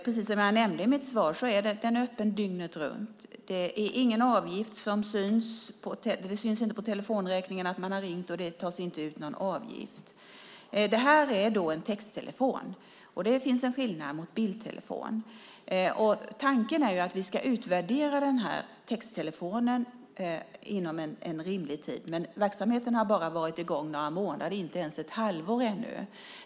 Precis som jag nämnde i mitt svar är den öppen dygnet runt. Det syns inte på telefonräkningen att man har ringt, och det tas inte ut någon avgift. Det här är en texttelefon, och det finns en skillnad mot bildtelefon. Tanken är att vi ska utvärdera texttelefonen inom rimlig tid. Men verksamheten har bara varit i gång några månader, inte ens ett halvår ännu.